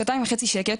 שעתיים וחצי שקט.